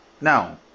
now